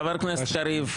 חבר הכנסת קריב,